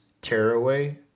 Tearaway